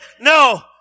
no